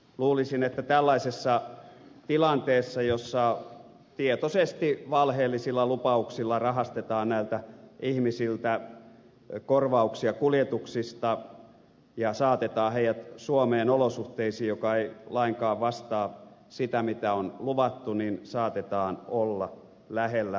luulisin että tällaisessa tilanteessa jossa tietoisesti valheellisilla lupauksilla rahastetaan näiltä ihmisiltä korvauksia kuljetuksista ja saatetaan heidät suomeen olosuhteisiin jotka eivät lainkaan vastaa sitä mitä on luvattu niin saatetaan olla lähellä näitä ihmiskauppatilanteita